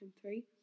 three